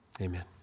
Amen